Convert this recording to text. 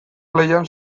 lehian